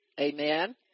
Amen